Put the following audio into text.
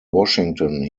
washington